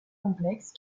complexe